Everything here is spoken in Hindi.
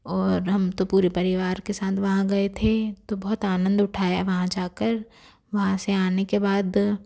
और हम तो पूरे परिवार के साथ वहाँ गए थे तो बहुत आनंद उठा वहाँ जाकर वहाँ से आने के बाद